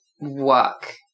work